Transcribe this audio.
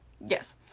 Yes